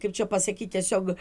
kaip čia pasakyt tiesiog